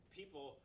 people